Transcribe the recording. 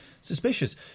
suspicious